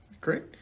Great